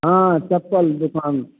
हँ चप्पल दोकान